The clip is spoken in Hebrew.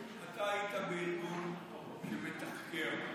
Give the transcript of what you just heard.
אתה היית בארגון שמתחקר,